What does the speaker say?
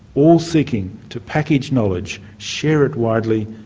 all seeking to package knowledge, share it widely,